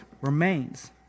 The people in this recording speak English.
remains